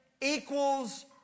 equals